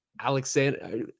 Alexander